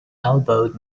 elbowed